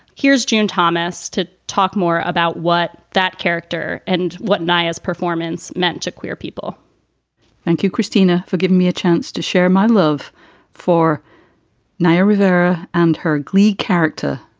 here's june thomas to talk more about what that character. and what nyos performance meant to queer people thank you, christina, for giving me a chance to share my love for naya rivera and her glee character,